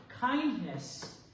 Kindness